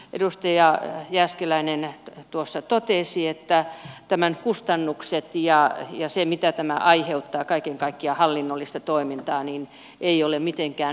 edustaja jääskeläinen anomuksesta kaiken kaikkiaan aiheuttamat kustannukset ja jos ei mitä tämä aiheuttaa kaiken kaikkiaan hallinnollinen toiminta eivät ole mitenkään raskaita